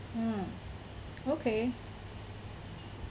mm okay